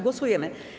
Głosujemy.